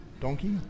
donkey